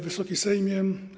Wysoki Sejmie!